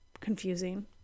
confusing